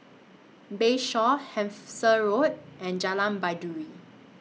Bayshore Hampshire Road and Jalan Baiduri